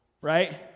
right